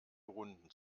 runden